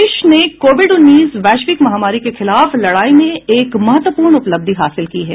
देश ने कोविड उन्नीस वैश्विक महामारी के खिलाफ लड़ाई में एक महत्वपूर्ण उपलब्धि हासिल की है